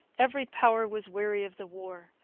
every power was weary of the war.